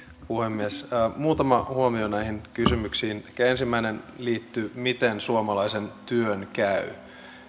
puhemies muutama huomio näihin kysymyksiin ensimmäinen liittyy siihen miten suomalaisen työn käy